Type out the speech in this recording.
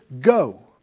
Go